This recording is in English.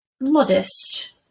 modest